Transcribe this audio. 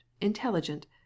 intelligent